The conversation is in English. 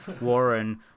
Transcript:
warren